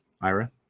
Ira